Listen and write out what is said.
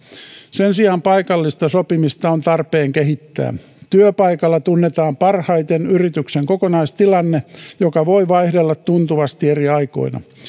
sen sijaan paikallista sopimista on tarpeen kehittää työpaikalla tunnetaan parhaiten yrityksen kokonaistilanne joka voi vaihdella tuntuvasti eri aikoina